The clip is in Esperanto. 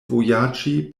vojaĝi